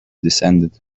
descended